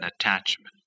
attachment